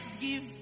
give